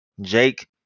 Jake